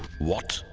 what?